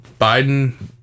Biden